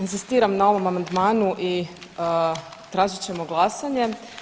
Inzistiram na ovom amandmanu i tražit ćemo glasanje.